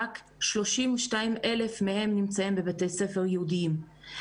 ורק 32,000 מהם נמצאים בבתי ספר יהודיים.